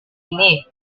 ini